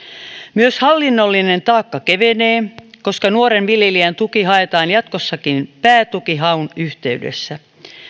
myös hallinnollinen taakka kevenee koska nuoren viljelijän tuki haetaan jatkossakin päätukihaun yhteydessä